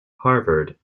harvard